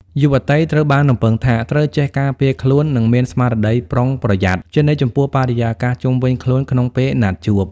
យុវតីត្រូវបានរំពឹងថា ត្រូវចេះ "ការពារខ្លួន និងមានស្មារតីប្រុងប្រយ័ត្ន" ជានិច្ចចំពោះបរិយាកាសជុំវិញខ្លួនក្នុងពេលណាត់ជួប។